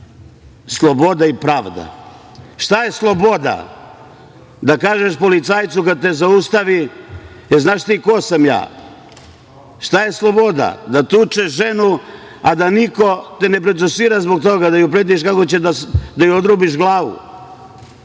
sloboda i pravda. Šta je sloboda, da kažeš policajcu kad te zaustavi –jel znaš ti ko sam ja? Šta je sloboda, da tučeš ženu, a da te niko ne procesuira zbog toga, da joj pretiš kako ćeš da joj odrubiš glavu?